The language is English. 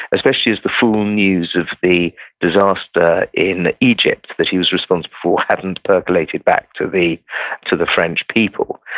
especially as the full news of the disaster in egypt that he was responsible for hadn't percolated back to the to the french people,